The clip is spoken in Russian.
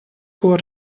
была